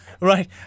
Right